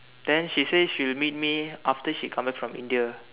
then she say she will meet me after she come back from India